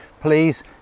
please